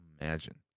imagine